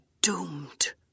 doomed